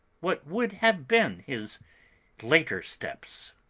what would have been his later steps?